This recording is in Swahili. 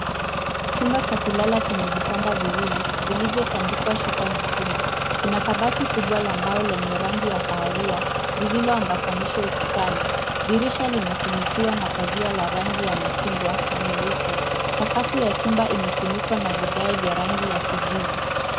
Chumba cha kulala chenye vitanda viwili vilivyo tandikwa shuka nyekundu kuna kabati kubwa la mbao lenye rangi ya kahawia lililo ambatanishwa ukutani, dirisha limefunikwa na pazia la rangi ya machungwa na nyeupe. Sakafu ya chumba imefunikwa na vigae vya rangi ya kijivu.